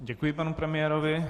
Děkuji panu premiérovi.